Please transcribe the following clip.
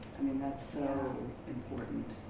i mean that's so important.